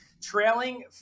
trailing